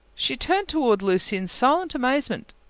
she turned towards lucy in silent amazement,